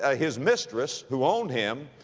ah his mistress who owned him,